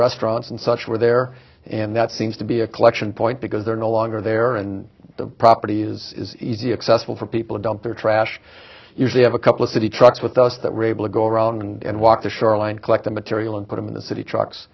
restaurants and such were there and that seems to be a collection point because they're no longer there and the property is easy accessible for people to dump their trash usually have a couple of city trucks with us that were able to go around and walk the shoreline collect the material and put them in the city trucks